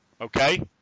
okay